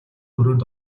өрөөнд